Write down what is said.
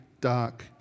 dark